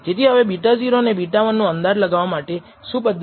તેથી હવે β0 અને β1 નો અંદાજ લગાવવા માટે શું પદ્ધતિ છે